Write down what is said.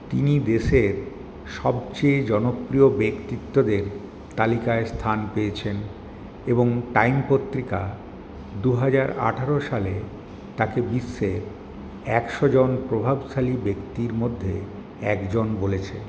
তিনি দেশের সবচেয়ে জনপ্রিয় ব্যক্তিত্বদের তালিকায় স্থান পেয়েছেন এবং টাইম পত্রিকা দুহাজার আঠারো সালে তাঁকে বিশ্বের একশো জন প্রভাবশালী ব্যক্তির মধ্যে একজন বলেছে